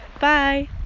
bye